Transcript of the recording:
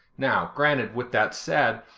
now, granted, with that said,